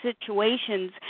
situations